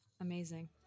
amazing